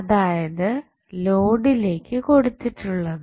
അതായത് ലോഡിലേക്ക് കൊടുത്തിട്ടുള്ളത്